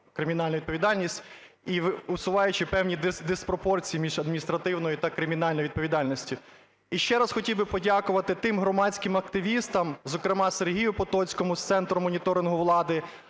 кримінальну відповідальність і усуваючи певні диспропорції між адміністративною та кримінальною відповідальністю. І ще раз хотів би подякувати тим громадським активістам, зокрема Сергію Потоцькому з Центру моніторингу влади,